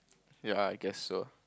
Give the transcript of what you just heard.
ya I guess so